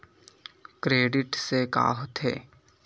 Credit से का होथे?